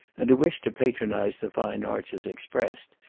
and a wish to patronise the fine arts is expressed,